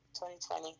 2020